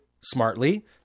smartly